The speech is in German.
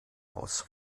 aus